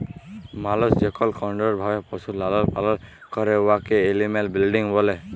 মালুস যেকল কলট্রোল্ড ভাবে পশুর লালল পালল ক্যরে উয়াকে এলিম্যাল ব্রিডিং ব্যলে